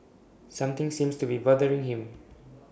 something seems to be bothering him